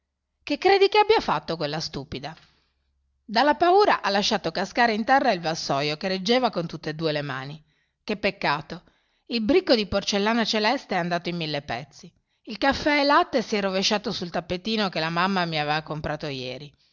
che credi che abbia fatto quella stupida dalla paura ha lasciato cascare in terra il vassoio che reggeva con tutt'e due le mani che peccato il bricco di porcellana celeste è andato in mille pezzi il caffè e latte si è rovesciato sul tappetino che la mamma mi aveva comprato ieri